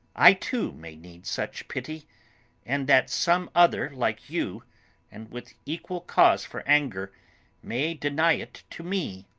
i, too, may need such pity and that some other like you and with equal cause for anger may deny it to me!